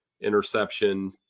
interception